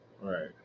Right